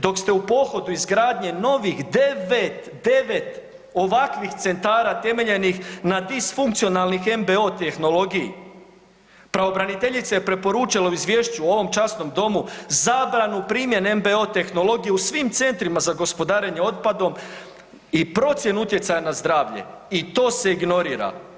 Dok ste u pohodu izgradnje novih devet, devet ovakvih centara temeljenih na disfunkcionalnoj MBO tehnologiji, pravobraniteljica je preporučila u izvješću ovom časnom domu zabranu primjene MBO tehnologije u svim centrima za gospodarenje otpadom i procjenu utjecaja na zdravlje i to se ignorira.